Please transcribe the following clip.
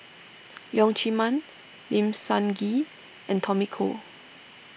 Leong Chee Mun Lim Sun Gee and Tommy Koh